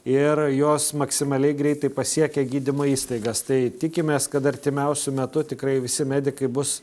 ir jos maksimaliai greitai pasiekia gydymo įstaigas tai tikimės kad artimiausiu metu tikrai visi medikai bus